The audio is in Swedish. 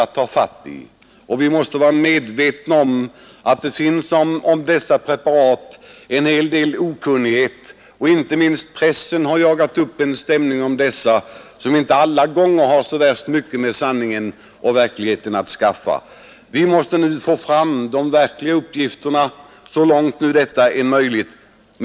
Det finns i fråga om dessa preparat en hel del okunnighet, och inte minst pressen har genom uppgifter som inte alla gånger överensstämt med sanningen och verkligheten jagat upp stämningen. Vi måste nu få fram de riktiga uppgifterna, så långt detta är möjligt.